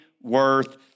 worth